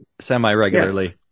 semi-regularly